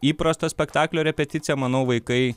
įprastos spektaklio repeticija manau vaikai